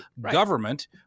government